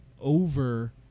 over